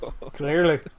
clearly